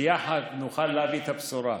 ויחד נוכל להביא את הבשורה.